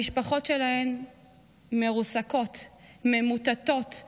המשפחות שלהם מרוסקות, ממוטטות,